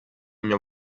mio